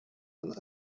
and